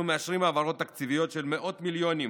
מאשרים העברות תקציביות של מאות מיליונים